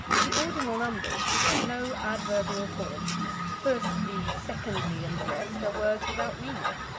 the ordinal numbers should have no adverbial form firstly, secondly, and the rest are words without meaning.